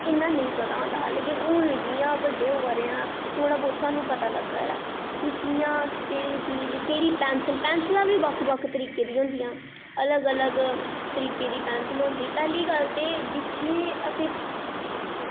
इ'यां नेईं पता होंदा पर जि'यां अस बड्डे होआ दे आं ते थोह्ड़ा बहोत सानूं पता लग्गा दा कि कि'यां केह्ड़ी चीज़ कि'यां पैंसिलां बी बक्ख बक्ख तरीकै दियां होंदियां हर तरीकै दी पैंसिल होंदी ते पैह्ली गल्ल कि इत्थै असें